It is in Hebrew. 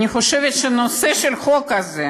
אני חושבת שהנושא של החוק הזה,